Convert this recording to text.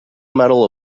medal